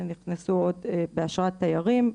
שהם נכנסו באשרת תיירים.